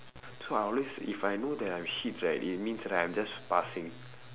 so I'll always if I know that I'm shit right it means right I'm just passing